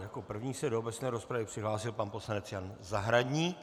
Jako první se do obecné rozpravy přihlásil pan poslanec Jan Zahradník.